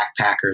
backpackers